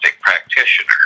practitioner